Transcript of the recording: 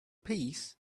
peace